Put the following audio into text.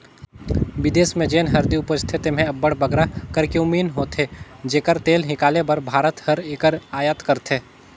बिदेस में जेन हरदी उपजथे तेम्हें अब्बड़ बगरा करक्यूमिन होथे जेकर तेल हिंकाले बर भारत हर एकर अयात करथे